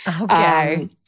Okay